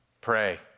pray